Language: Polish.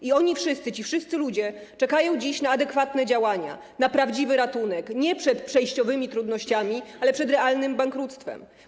I oni wszyscy, ci wszyscy ludzie czekają dziś na adekwatne działania, na prawdziwy ratunek - nie przed przejściowymi trudnościami, ale przed realnym bankructwem.